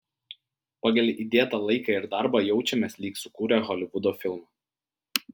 pagal įdėtą laiką ir darbą jaučiamės lyg sukūrę holivudo filmą